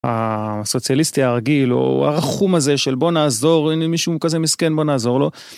הסוציאליסטי הרגיל או הרחום הזה של בוא נעזור אין לי מישהו כזה מסכן בוא נעזור לו